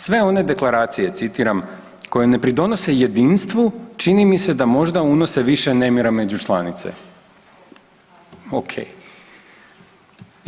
Sve one deklaracije“ citiram „koje ne pridonose jedinstvu čini mi se da možda unose više nemira među članice“, ok.